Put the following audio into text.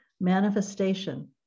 manifestation